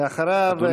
אחריו,